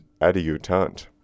Adiutant